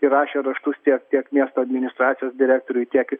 rašė raštus tiek kiek miesto administracijos direktoriui tiek